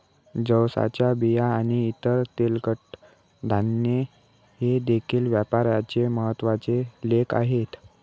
जवसाच्या बिया आणि इतर तेलकट धान्ये हे देखील व्यापाराचे महत्त्वाचे लेख आहेत